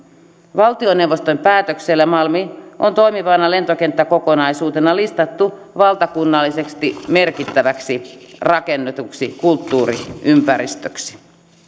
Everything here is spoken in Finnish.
valtioneuvoston päätöksellä malmi on toimivana lentokenttäkokonaisuutena listattu valtakunnallisesti merkittäväksi rakennetuksi kulttuuriympäristöksi